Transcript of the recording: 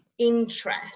interest